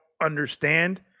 understand